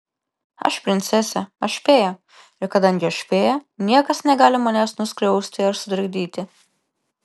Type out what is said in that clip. aš princesė aš fėja ir kadangi aš fėja niekas negali manęs nuskriausti ar sutrikdyti